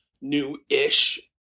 new-ish